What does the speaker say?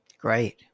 Great